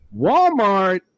Walmart